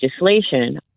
legislation